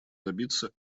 добиться